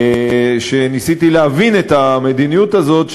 ניסיתי להבין את המדיניות הזאת,